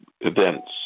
events